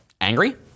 angry